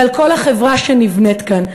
ועל כל החברה שנבנית כאן.